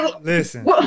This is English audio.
Listen